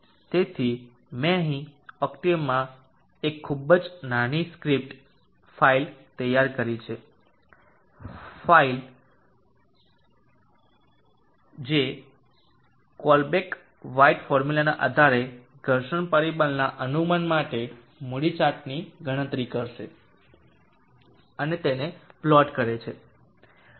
તેથી મેં અહીં ઓક્ટેવમાં એક ખૂબ જ નાની સ્ક્રિપ્ટ ફાઇલ તૈયાર કરી છે ફાઇલ જે કોલેબ્રોક વ્હાઇટ ફોર્મ્યુલાના આધારે ઘર્ષણ પરિબળના અનુમાન માટે મૂડી ચાર્ટની ગણતરી કરે છે અને તેને પ્લોટ કરે છે